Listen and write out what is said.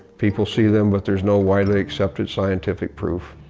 people see them but there's no widely accepted scientific proof.